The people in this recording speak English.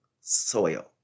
soil